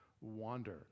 wander